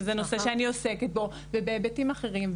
שזה נושא שאני עוסקת בו בהיבטים אחרים.